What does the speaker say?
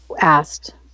asked